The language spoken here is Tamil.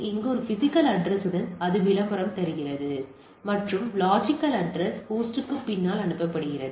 இங்கே ஒரு பிஸிக்கல் அட்ரஸ்யுடன் அது விளம்பரம் தருகிறது மற்றும் லொஜிக்கல் அட்ரஸ் ஹோஸ்டுக்கு பின்னால் அனுப்பப்படுகிறது